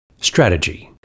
Strategy